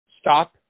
Stop